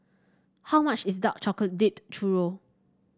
how much is Dark Chocolate Dipped Churro